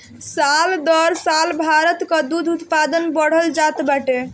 साल दर साल भारत कअ दूध उत्पादन बढ़ल जात बाटे